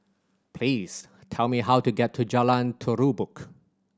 please tell me how to get to Jalan Terubok